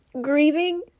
Grieving